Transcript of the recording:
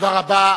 תודה רבה.